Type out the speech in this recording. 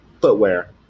footwear